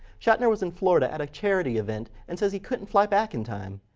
shatner was in florida at a charity event and says he couldn't fly back in time.